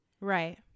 Right